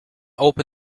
open